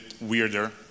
weirder